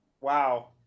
Wow